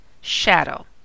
shadow